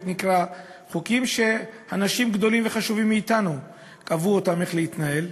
חוקים שאנשים גדולים וחשובים מאתנו קבעו בהם איך להתנהל,